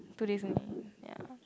two days only ya